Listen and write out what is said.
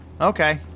Okay